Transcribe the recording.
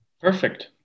Perfect